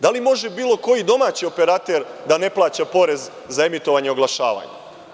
Da li može bilo koji domaći operater da ne plaća porez za emitovanje o oglašavanje?